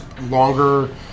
longer